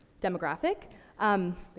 demographic um,